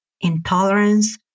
intolerance